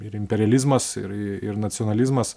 ir imperializmas ir ir nacionalizmas